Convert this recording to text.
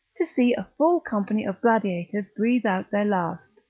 to see a full company of gladiators breathe out their last.